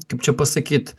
kaip čia pasakyt